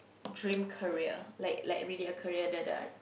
dream career like like really a career that uh